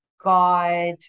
God